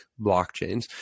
blockchains